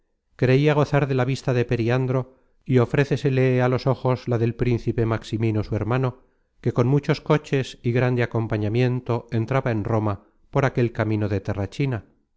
creia gozar de la vista de periandro y ofrécesele á los ojos la del principe maximino su hermano que con muchos coches y grande acompañamiento entraba en roma por aquel camino de